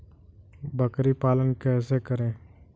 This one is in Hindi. बकरी पालन कैसे करें?